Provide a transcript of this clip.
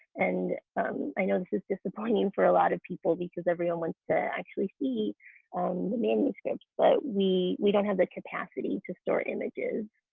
and i know this is disappointing for a lot of people because everyone wants to actually see the um manuscript, but we we don't have the capacity to store images.